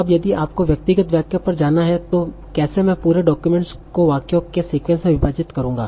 अब यदि आपको व्यक्तिगत वाक्य पर जाना है तो कैसे में पूरे डाक्यूमेंट्स को वाक्यों के सीक्वेंस में विभाजित करूँगा